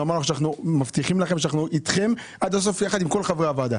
אמרנו שאנחנו מבטיחים לכם שאנחנו אתכם עד הסוף יחד עם כל חברי הוועדה.